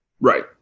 Right